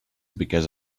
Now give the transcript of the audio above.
because